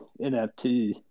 nft